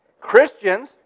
Christians